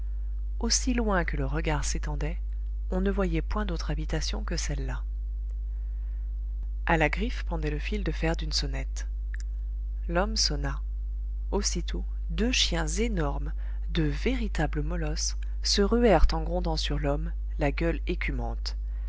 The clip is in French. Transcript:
aussi loin que le regard s'étendait on ne voyait point d'autre habitation que celle-là a la griffe pendait le fil de fer d'une sonnette l'homme sonna aussitôt deux chiens énormes deux véritables molosses se ruèrent en grondant sur l'homme la gueule écumante